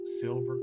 silver